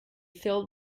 filled